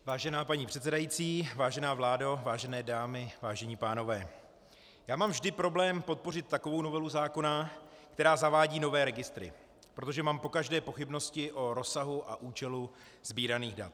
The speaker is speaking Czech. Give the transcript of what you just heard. Vážená paní předsedající, vážená vládo, vážené dámy, vážení pánové, já mám vždy problém podpořit takovou novelu zákona, která zavádí nové registry, protože mám pokaždé pochybnosti o rozsahu a účelu sbíraných dat.